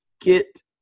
get